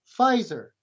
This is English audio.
Pfizer